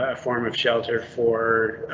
ah form of shelter for